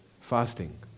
Fasting